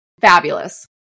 fabulous